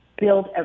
build